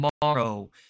tomorrow